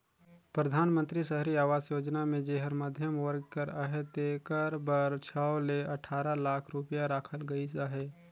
परधानमंतरी सहरी आवास योजना मे जेहर मध्यम वर्ग कर अहे तेकर बर छव ले अठारा लाख रूपिया राखल गइस अहे